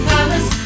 Palace